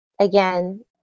again